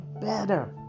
better